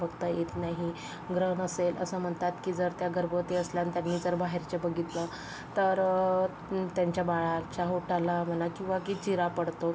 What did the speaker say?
बघता येत नाही ग्रहण असेल असं म्हणतात की जर त्या गर्भवती असल्या आणि त्यांनी जर बाहेरचं बघितलं तर त्यांच्या बाळाच्या ओठाला म्हणा किंवा की चिरा पडतो